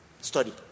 study